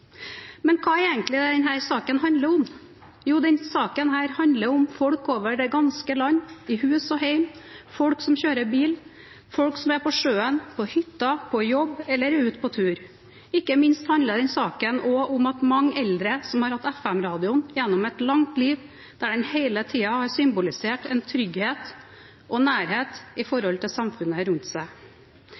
Men hva er det egentlig denne saken handler om? Jo, denne saken handler om folk over det ganske land, i hus og hjem, folk som kjører bil, folk som er på sjøen, på hytta, på jobb eller ute på tur. Ikke minst handler denne saken også om at for mange eldre som har hatt FM-radio gjennom et langt liv, har den hele tiden har symbolisert en trygghet og en nærhet til samfunnet rundt seg.